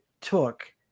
took